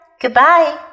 goodbye